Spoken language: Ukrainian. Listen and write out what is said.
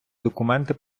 документи